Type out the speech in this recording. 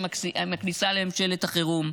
עם הכניסה לממשלת החירום.